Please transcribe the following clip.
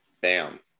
bam